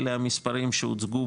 אלה המספרים שהוצגו